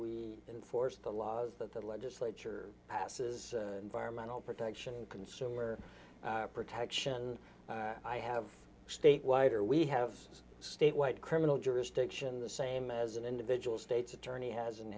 we enforce the laws that the legislature passes environmental protection consumer protection i have statewide or we have statewide criminal jurisdiction the same as an individual state's attorney has in